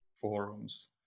forums